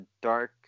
dark